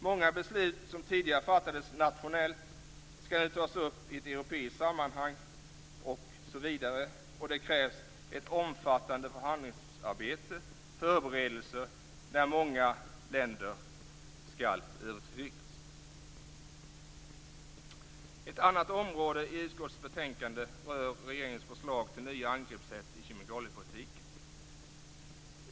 Många beslut som tidigare fattades nationellt skall nu tas upp i ett europeiskt sammanhang, osv., och det krävs ett omfattande förhandlingsarbete och förberedelser när många länder skall övertygas. Ett annat område i utskottets betänkande rör regeringens förslag till nya angreppssätt i kemikaliepolitiken.